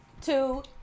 two